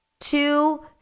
Two